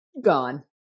gone